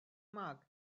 mark